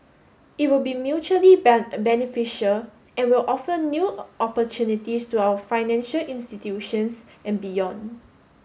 it will be mutually beneficial and will offer new opportunities to our financial institutions and beyond